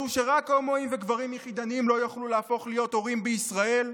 שרק הומואים וגברים יחידניים לא יוכלו להפוך להיות הורים בישראל.